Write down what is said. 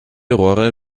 rohre